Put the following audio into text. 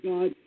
God